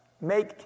make